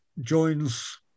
joins